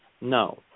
No